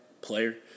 player